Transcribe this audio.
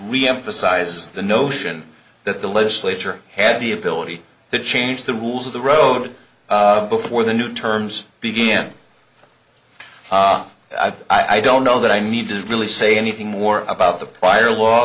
reemphasizes the notion that the legislature had the ability to change the rules of the road before the new terms began i don't know that i need to really say anything more about the prior law